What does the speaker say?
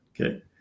Okay